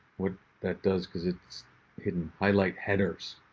what that does, because it's hidden. highlight headers.